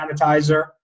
sanitizer